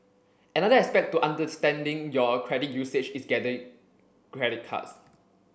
another aspect to understanding your credit usage is getting credit cards